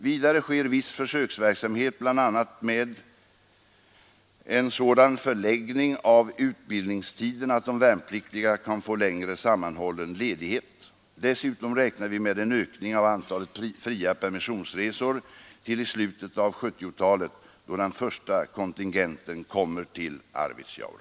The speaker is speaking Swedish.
Vidare sker viss försöksverksamhet bl.a. med en sådan förläggning av utbildningstiden att de värnpliktiga kan få längre sammanhållen ledighet. Dessutom räknar vi med en ökning av antalet fria permissionsresor till i slutet av 1970-talet då den första kontingenten kommer till Arvidsjaur.